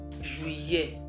Juillet